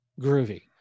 Groovy